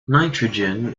nitrogen